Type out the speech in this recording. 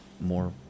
more